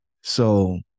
So-